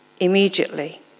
immediately